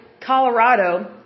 Colorado